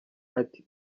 ati